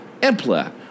Empla